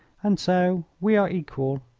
and so we are equal.